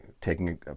taking